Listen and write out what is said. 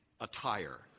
attire